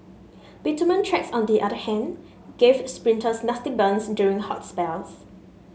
bitumen tracks on the other hand gave sprinters nasty burns during hot spells